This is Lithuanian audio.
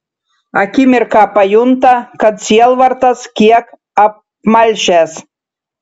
akimirką pajunta kad sielvartas kiek apmalšęs